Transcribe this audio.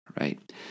right